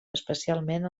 especialment